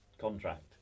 contract